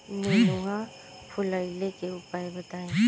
नेनुआ फुलईले के उपाय बताईं?